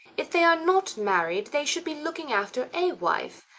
if they are not married, they should be looking after a wife.